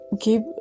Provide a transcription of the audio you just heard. Keep